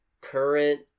current